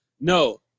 No